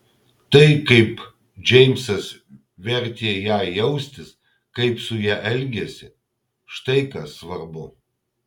tai kaip džeimsas vertė ją jaustis kaip su ja elgėsi štai kas svarbu